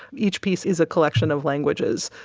each piece is a collection of languages.